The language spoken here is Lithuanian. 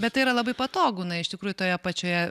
bet tai yra labai patogu na iš tikrųjų toje pačioje